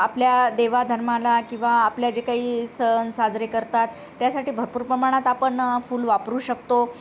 आपल्या देवाधर्माला किंवा आपल्या जे काही सण साजरे करतात त्यासाठी भरपूर प्रमाणात आपण फूल वापरू शकतो